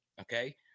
Okay